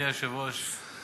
אדוני היושב-ראש,